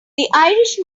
irish